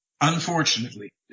unfortunately